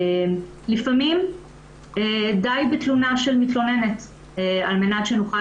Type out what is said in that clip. לפעמים די בתלונה של מתלוננת על מנת שנוכל